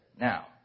Now